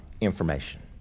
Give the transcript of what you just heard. information